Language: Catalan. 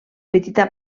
petita